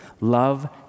Love